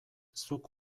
zuk